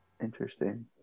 Interesting